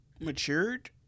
Matured